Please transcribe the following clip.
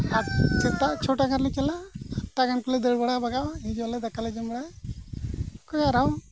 ᱟᱨ ᱥᱮᱛᱟᱜ ᱪᱷᱚᱴᱟ ᱜᱟᱱᱞᱮ ᱪᱟᱞᱟᱜᱼᱟ ᱟᱴ ᱜᱟᱱ ᱠᱚᱞᱮ ᱫᱟᱹᱲ ᱵᱟᱲᱟ ᱵᱷᱟᱜᱟᱜᱼᱟ ᱦᱤᱡᱩᱜ ᱟᱞᱮ ᱫᱟᱠᱟ ᱞᱮ ᱡᱚᱢ ᱵᱟᱲᱟᱭᱟ ᱚᱱᱠᱟᱜᱮ ᱟᱨᱟᱢ